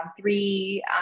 three